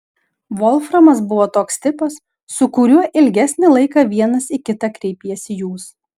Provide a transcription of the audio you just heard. volframas buvo toks tipas su kuriuo ilgesnį laiką vienas į kitą kreipiesi jūs